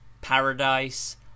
paradise